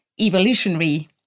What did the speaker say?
evolutionary